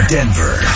Denver